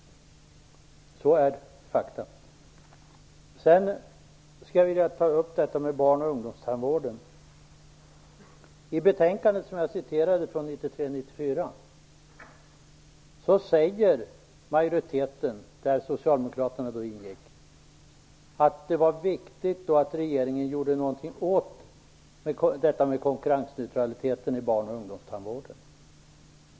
Så är fakta. Sedan skulle jag vilja beröra barn och ungdomstandvården. I det betänkande från 1993/94 som jag tidigare citerade från säger majoriteten, där Socialdemokraterna då ingick, att det var viktigt att regeringen gjorde någonting åt konkurrensneutraliteten i barn och ungdomstandvården.